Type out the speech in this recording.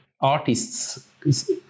artists